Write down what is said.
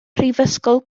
prifysgol